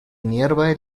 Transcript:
nearby